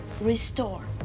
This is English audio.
Restore